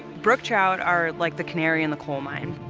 brook trout are like the canary in the coal mine.